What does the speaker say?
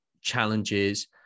challenges